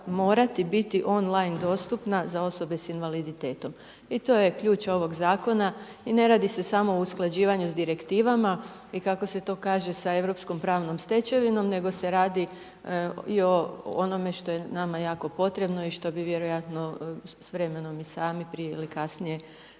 morati biti on-line dostupna za osobe sa invaliditetom. I to je ključ ovog zakona i ne radi se samo o usklađivanju sa direktivama i kako se to kaže sa europskom pravnom stečevinom nego se radi i onome što je nama jako potrebno i što bi vjerojatno s vremenom i sami prije ili kasnije